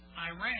Iran